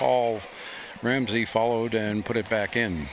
paul ramsey followed and put it back in